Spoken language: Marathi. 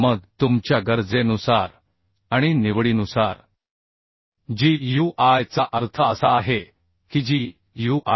आणि मग तुमच्या गरजेनुसार आणि निवडीनुसार GUI चा अर्थ असा आहे की GUI